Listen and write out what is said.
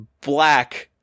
black